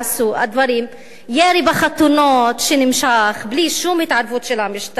ירי בחתונות שנמשך בלי שום התערבות של המשטרה,